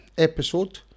episode